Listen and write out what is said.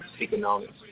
economics